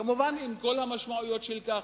כמובן עם כל המשמעויות של כך.